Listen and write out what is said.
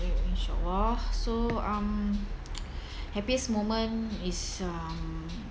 so um happiest moment is um